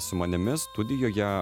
su manimi studijoje